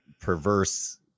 perverse